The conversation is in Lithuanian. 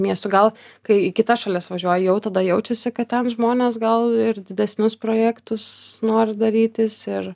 miestų gal kai į kitas šalis važiuoji jau tada jaučiasi kad ten žmonės gal ir didesnius projektus nori darytis ir